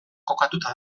kokatuta